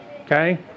okay